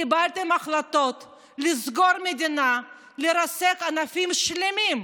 קיבלתם החלטות לסגור את המדינה, לרסק ענפים שלמים,